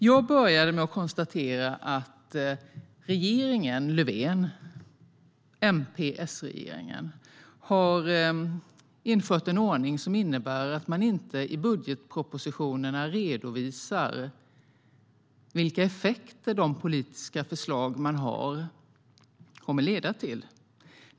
Jag började med att konstatera att regeringen Löfven, MP-S-regeringen, har infört en ordning som innebär att man inte i budgetpropositionerna redovisar vilka effekter de politiska förslag man har kommer att leda till.